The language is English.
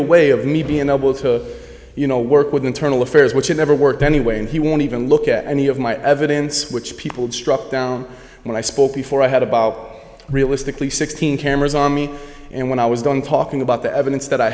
the way of me being able to you know work with internal affairs which had never worked anyway and he won't even look at any of my evidence which people struck down when i spoke before i had about realistically sixteen cameras on me and when i was done talking about the evidence that i